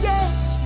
Yes